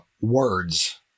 words